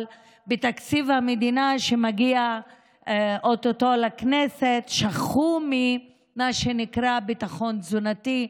אבל בתקציב המדינה שמגיע או-טו-טו לכנסת שכחו ממה שנקרא ביטחון תזונתי,